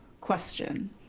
question